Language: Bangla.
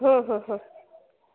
হুম হুম হুম